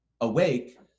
awake